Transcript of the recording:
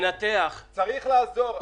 אדוני היושב ראש, צריך לעזור,